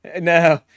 no